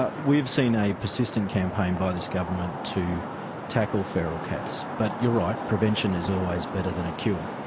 ah we've seen a persistent campaign by this government to tackle feral cats. but you're right, prevention is always better than a cure.